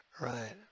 Right